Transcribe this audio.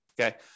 okay